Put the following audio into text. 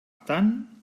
tant